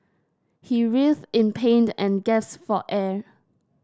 he writhed in pain and gasped for air